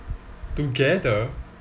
together